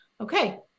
okay